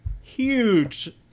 huge